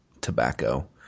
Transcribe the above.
tobacco